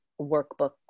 workbook